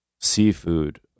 seafood